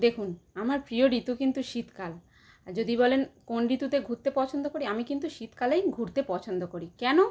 দেখুন আমার প্রিয় ঋতু কিন্তু শীতকাল আর যদি বলেন কোন ঋতুতে ঘুরতে পছন্দ করি আমি কিন্তু শীতকালেই ঘুরতে পছন্দ করি কেন